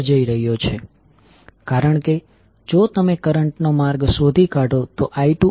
તેથી મહત્વપૂર્ણ બાબત જે તમારે યાદ રાખવાની છે તે એ છે કે તમે મ્યુચ્યુઅલ વોલ્ટેજની પોલેરિટી કેવી રીતે મેળવશો